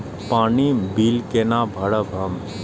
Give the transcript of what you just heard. पानी बील केना भरब हम?